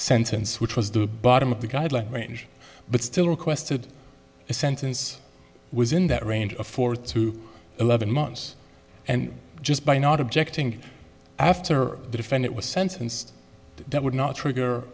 sentence which was the bottom of the guideline range but still requested a sentence was in that range of four to eleven months and just by not objecting after the defendant was sentenced that would not trigger